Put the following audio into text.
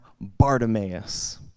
Bartimaeus